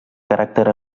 caràcter